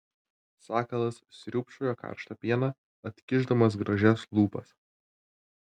sakalas sriūbčioja karštą pieną atkišdamas gražias lūpas